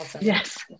Yes